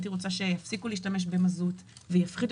הייתי רוצה שיפסיקו להשתמש במזוט ויפחיתו